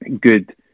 good